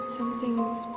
Something's